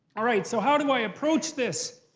all right, so how do i approach this?